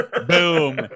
boom